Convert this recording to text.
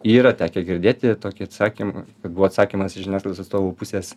yra tekę girdėti tokį atsakymą buvo atsakymas iš žiniasklaidos atstovų pusės